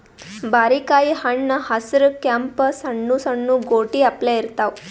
ಬಾರಿಕಾಯಿ ಹಣ್ಣ್ ಹಸ್ರ್ ಕೆಂಪ್ ಸಣ್ಣು ಸಣ್ಣು ಗೋಟಿ ಅಪ್ಲೆ ಇರ್ತವ್